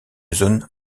zone